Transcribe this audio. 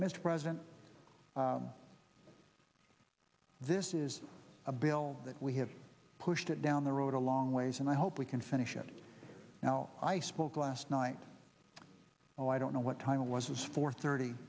mr president this is a bill that we have pushed it down the road a long ways and i hope we can finish it you know i spoke last night so i don't know what time it was four thirty